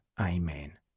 Amen